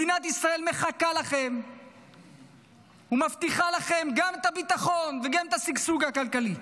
מדינת ישראל מחכה לכם ומבטיחה לכם גם את הביטחון וגם את השגשוג הכלכלי.